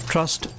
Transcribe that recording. Trust